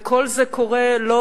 וכל זה קורה לא